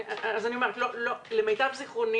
למיטב זכרוני